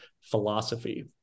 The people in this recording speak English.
philosophy